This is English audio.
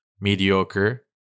mediocre